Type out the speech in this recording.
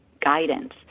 guidance